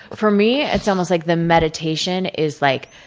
for me it's almost like the meditation is like